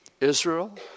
Israel